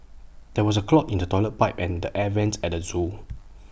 there is A clog in the Toilet Pipe and the air Vents at the Zoo